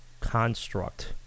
construct